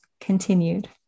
continued